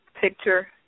picture